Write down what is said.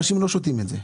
כי אנשים לא שותים את זה.